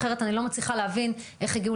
אחרת אני לא מצליחה להבין איך הגיעו